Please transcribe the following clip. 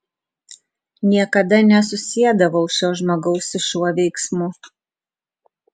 niekada nesusiedavau šio žmogaus su šiuo veiksmu